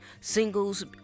singles